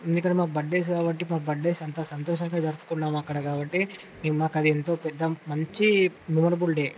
ఇక్కడ మా బర్త్డేస్ కాబట్టి మా బర్త్డేస్ అంతా సంతోషంగా జరుపుకున్నాము అక్కడ కాబట్టి ఇది మాకు అది ఎంతో పెద్ద మంచి మెమోరబుల్ డే